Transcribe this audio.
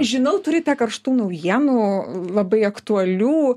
žinau turite karštų naujienų labai aktualių